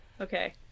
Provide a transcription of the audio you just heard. Okay